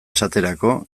esaterako